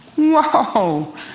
Whoa